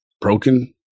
broken